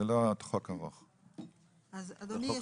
אז אדוני,